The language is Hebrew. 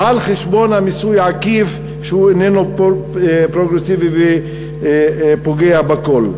על חשבון המיסוי העקיף שהוא איננו פרוגרסיבי ופוגע בכול.